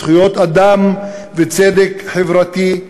זכויות אדם וצדק חברתי,